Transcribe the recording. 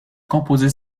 composait